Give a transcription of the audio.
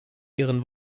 ihren